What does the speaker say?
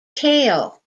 kale